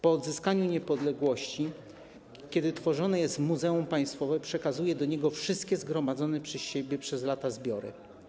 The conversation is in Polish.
Po odzyskaniu niepodległości, kiedy było tworzone muzeum państwowe, przekazał do niego wszystkie zgromadzone przez siebie przez lata zbiory.